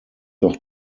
doch